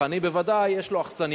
צרכני בוודאי, יש לו אכסניה.